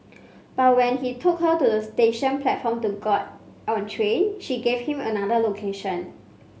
but when he took her to the station platform to get on a train she gave him another location